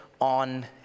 on